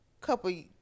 couple